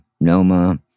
Noma